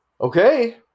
Okay